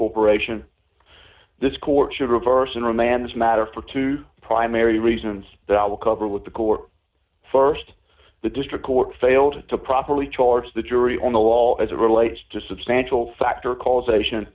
corporation this court should reverse and romance matter for two primary reasons that i will cover with the court st the district court failed to properly charge the jury on the wall as it relates to substantial factor causation